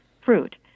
fruit